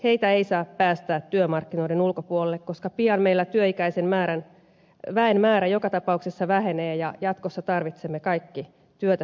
heitä ei saa päästää työmarkkinoiden ulkopuolelle koska pian meillä työikäisen väen määrä joka tapauksessa vähenee ja jatkossa tarvitsemme kaikki työtä tekemään